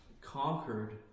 conquered